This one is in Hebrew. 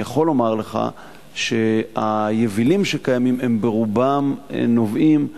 אני יכול לומר לך שהיבילים שקיימים ברובם נובעים,